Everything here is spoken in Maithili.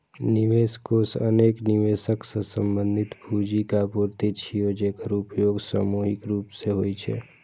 निवेश कोष अनेक निवेशक सं संबंधित पूंजीक आपूर्ति छियै, जेकर उपयोग सामूहिक रूप सं होइ छै